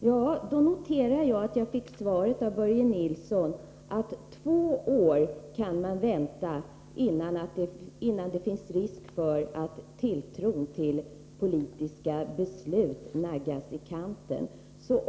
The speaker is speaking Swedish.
Herr talman! Jag noterar att jag av Börje Nilsson fick svaret att man kan vänta två år innan det finns risk för att tilltron till politiska beslut naggas i kanten.